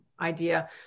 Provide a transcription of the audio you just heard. idea